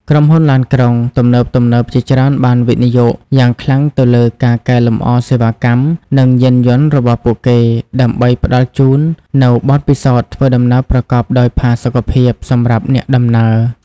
ក្រុមហ៊ុនឡានក្រុងទំនើបៗជាច្រើនបានវិនិយោគយ៉ាងខ្លាំងទៅលើការកែលម្អសេវាកម្ម និងយានយន្តរបស់ពួកគេដើម្បីផ្តល់ជូននូវ បទពិសោធន៍ធ្វើដំណើរប្រកបដោយផាសុកភាព សម្រាប់អ្នកដំណើរ។